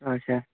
اچھا